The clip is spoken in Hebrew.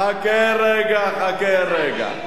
חכה רגע, חכה רגע.